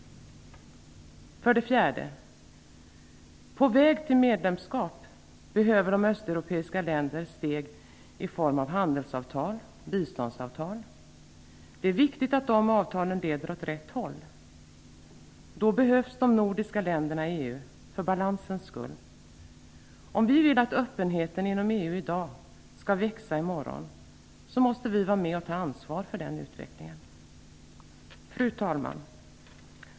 För det fjärde: På väg till medlemskap behöver de östeuropeiska länderna ta steg i form av handelsavtal och biståndsavtal. Det är viktigt att de avtalen leder åt rätt håll. Då behövs de nordiska länderna i EU för balansens skull. Om vi vill att öppenheten inom EU i dag skall växa i morgon måste vi vara med och ta ansvar för den utvecklingen. Fru talman!